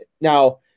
now